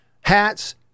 Hats